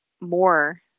more